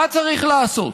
מה צריך לעשות?